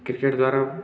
cricket ଦ୍ଵାରା